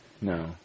No